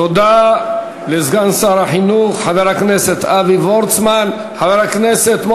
תודה לסגן שר החינוך, חבר הכנסת אבי וורצמן.